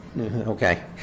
Okay